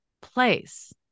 place